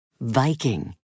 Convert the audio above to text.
Viking